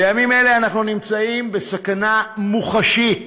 בימים אלה אנחנו נמצאים בסכנה מוחשית